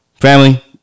Family